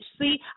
See